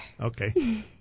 Okay